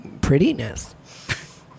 prettiness